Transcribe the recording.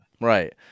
Right